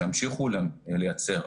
שימשיכו לייצר.